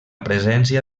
presència